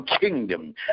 kingdom